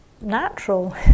natural